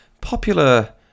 popular